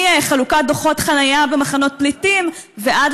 מחלוקת דוחות חנייה במחנות פליטים ועד